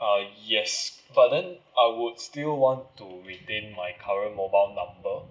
uh yes but then I would still want to retain my current mobile number